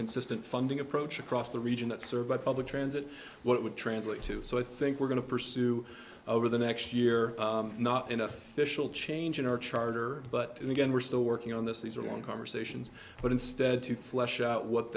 consistent funding approach across the region that served by public transit what it would translate to so i think we're going to pursue over the next year not in official change in our charter but again we're still working on this these are long conversations but instead to flesh out what